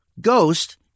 ghost